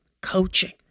coaching